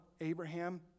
Abraham